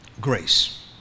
Grace